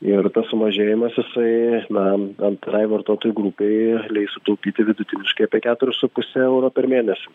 ir tas sumažėjimas jisai na antrai vartotojų grupei leis sutaupyti vidutiniškai apie keturis su puse euro per mėnesį